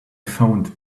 phoned